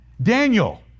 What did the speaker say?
Daniel